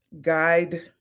guide